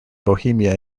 bohemia